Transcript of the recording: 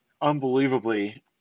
unbelievably